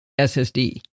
SSD